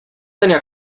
tenía